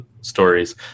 stories